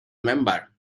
member